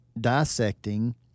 dissecting